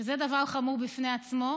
וזה דבר חמור בפני עצמו.